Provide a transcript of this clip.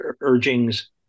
urgings